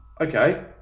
Okay